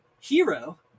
Hero